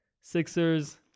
Sixers